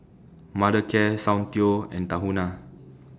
Mothercare Soundteoh and Tahuna